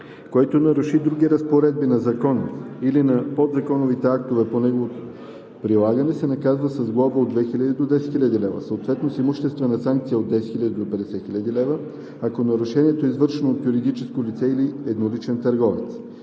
Който наруши други разпоредби на закона или на подзаконовите актове по неговото прилагане се наказва с глоба от 2000 до 10 000 лв., съответно с имуществена санкция от 10 000 до 50 000 лв., ако нарушението е извършено от юридическо лице или едноличен търговец.“